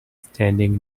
standing